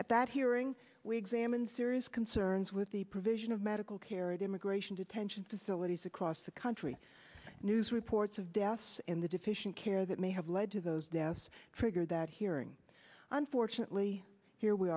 at that hearing we examined serious concerns with the provision of medical care and immigration detention facilities across the country news reports of deaths in the deficient care that may have led to those deaths trigger that hearing unfortunately here we